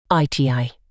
ITI